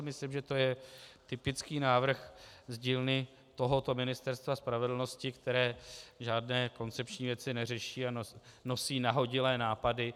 Myslím, že to je typický návrh z dílny tohoto Ministerstva spravedlnosti, které žádné koncepční věci neřeší a nosí nahodilé nápady.